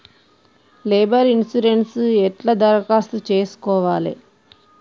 Labour insurance ఎట్ల దరఖాస్తు చేసుకోవాలే?